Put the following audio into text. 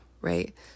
right